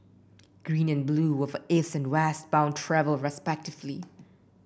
green and blue were for East and West bound travel respectively